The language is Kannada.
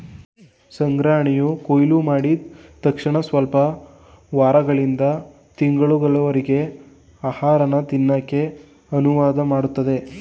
ಸಂಗ್ರಹಣೆಯು ಕೊಯ್ಲುಮಾಡಿದ್ ತಕ್ಷಣಸ್ವಲ್ಪ ವಾರಗಳಿಂದ ತಿಂಗಳುಗಳವರರ್ಗೆ ಆಹಾರನ ತಿನ್ನಕೆ ಅನುವುಮಾಡ್ತದೆ